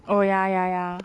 oh ya ya ya